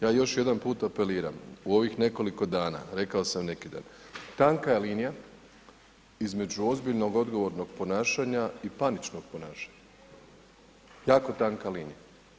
Ja još jedan put apeliram u ovih nekoliko dana, rekao sam neki dan, tanka je linija između ozbiljnog odgovornog ponašanja i paničnog ponašanja, jako tanka linija.